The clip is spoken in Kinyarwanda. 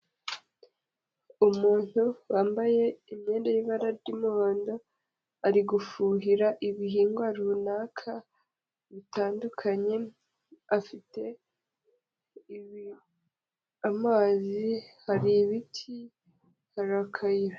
Umuntu wambaye imyenda y'ibara ry'umuhondo, ari gufuhira ibihingwa runaka bitandukanye, afite amazi, hari ibiti hari n'akayira.